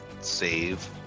save